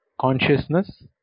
consciousness